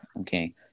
okay